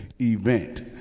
event